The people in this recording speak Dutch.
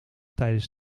tijdens